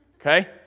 okay